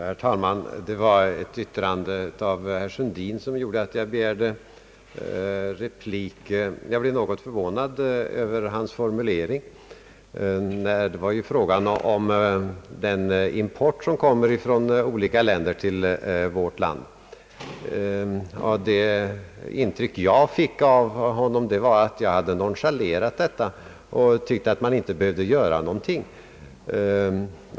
Herr talman! Det var ett yttrande av herr Sundin som föranledde mig att begära replik. Jag blev något förvånad över hans formulering i fråga om den import som äger rum från olika länder till vårt land. Det intryck jag fick av hans anförande var att han ansåg, att jag hade nonchalerat hela problemet och tyckt att man inte behövde göra någonting.